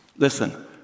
Listen